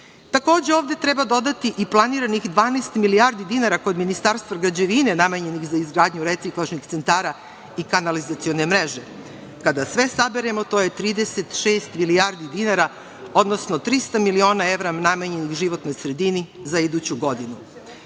ovde treba dodati i planiranih 12 milijardi dinara kod Ministarstva građevine namenjenih za izgradnju reciklažnih centara i kanalizacione mreže. Kada sve saberemo, to je 36 milijardi dinara, odnosno 300 miliona evra namenjenih životnoj sredini za iduću godinu. Samo